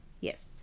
Yes